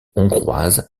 hongroise